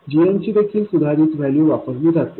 gmची देखील सुधारित वैल्यू वापरली जाते